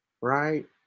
Right